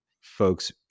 folks